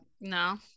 No